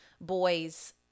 boys